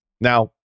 now